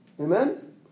Amen